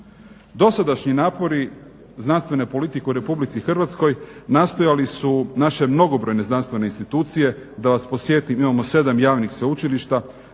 Dosadašnji napori znanstvene politike u Republici Hrvatskoj nastojali su naše mnogobrojne znanstvene institucije, da vas podsjetim imamo 7 javnih sveučilišta,